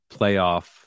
playoff